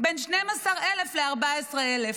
בין 12,000 ל-14,000.